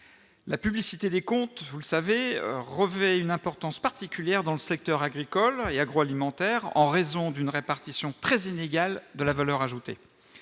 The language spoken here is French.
la publicité des comptes, vous le savez, revêt une importance particulière dans le secteur agricole et agroalimentaire en raison d'une répartition très inégale de la valeur ajoutée,